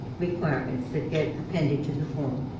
requirements that get appended to the form.